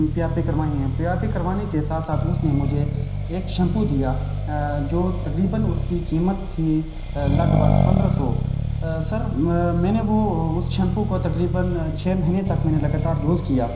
پی R P کروائی ہیں P R P کروانے کے ساتھ ساتھ اس نے مجھے ایک شیمپو دیا جو تقریباً اس کی قیمت تھی لگ بھگ پندرہ سو سر میں نے وہ اس شیمپو کو تقریباً چھ مہینے تک میں نے لگاتار یوز کیا